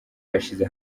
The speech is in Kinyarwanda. yashyize